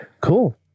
Cool